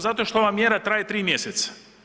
Zato što ova mjera traje 3 mjeseca.